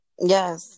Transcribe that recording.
Yes